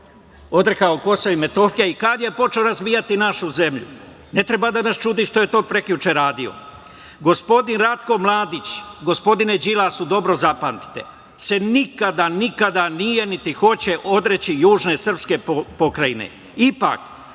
odrekao KiM i kada je počeo razvijati našu zemlju. Ne treba da se čudi što je to prekjuče radio. Gospodin Ratko Mladić, gospodine Đilasu, dobro zapamtite, se nikada, nikada, nije niti hoće odreći južne srpske pokrajine.